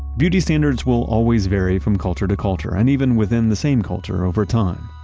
beauty standards will always vary from culture to culture, and even within the same culture over time.